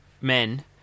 men